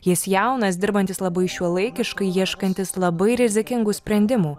jis jaunas dirbantis labai šiuolaikiškai ieškantis labai rizikingų sprendimų